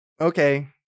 okay